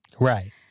Right